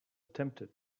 attempted